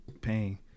pain